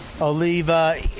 Oliva